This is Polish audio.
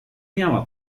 miała